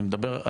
אני מדבר,